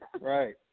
Right